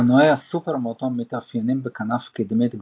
אופנועי הסופרמוטו מתאפיינים בכנף קדמית גבוהה,